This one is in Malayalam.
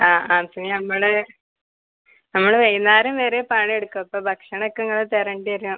ആ ആ നമ്മൾ നമ്മൾ വൈകുന്നേരം വരെ പണിയെടുക്കും അപ്പം ഭക്ഷണമൊക്കെ നിങ്ങൾ തരേണ്ടിവരും